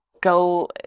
go